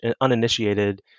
uninitiated